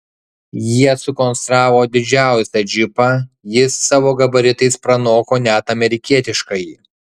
jie sukonstravo didžiausią džipą jis savo gabaritais pranoko net amerikietiškąjį